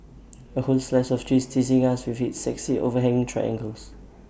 A whole slice of cheese teasing us with its sexy overhanging triangles